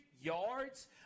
yards